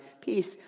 peace